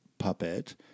puppet